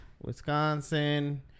Wisconsin